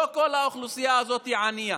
לא כל האוכלוסייה הזאת היא ענייה,